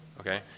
okay